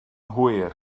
hwyr